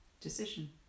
Decision